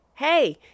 Hey